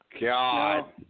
God